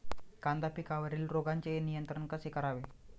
कांदा पिकावरील रोगांचे नियंत्रण कसे करावे?